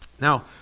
now